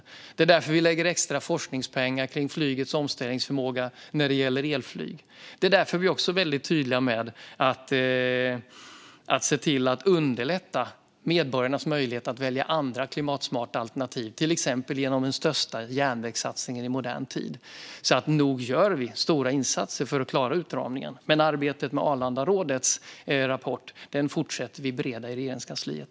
Det är också därför vi lägger extra forskningspengar på flygets omställningsförmåga när det gäller elflyg och väldigt tydligt ser till att underlätta medborgarnas möjligheter att välja andra, klimatsmarta alternativ, till exempel genom den största järnvägssatsningen i modern tid. Vi gör alltså stora insatser för att klara utmaningen. Men Arlandarådets rapport fortsätter vi att bereda i Regeringskansliet.